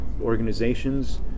organizations